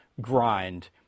grind